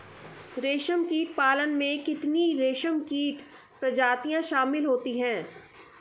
रेशमकीट पालन में कितनी रेशमकीट प्रजातियां शामिल होती हैं?